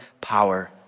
power